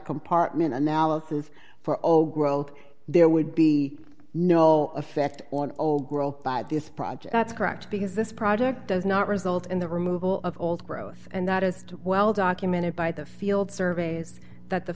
compartment analysis for all growth there would be no effect on old girl at this project that's correct because this project does not result in the removal of old growth and that is well documented by the field surveys that the